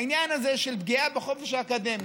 בעניין הזה של פגיעה בחופש האקדמי.